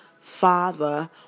Father